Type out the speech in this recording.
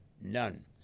none